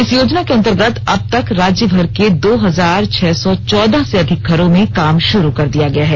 इस योजना के अंतर्गत अब तक राज्यभर के दो हजार छह सौ चौदह से अधिक घरों में काम शुरू कर दिया गया है